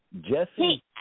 Jesse –